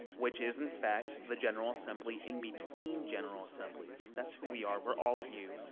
which is, in fact, the general assembly in between general assemblies, that's who we are, we're all of you,